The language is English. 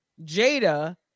Jada